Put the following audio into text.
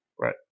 right